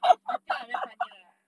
I say I am very funny ah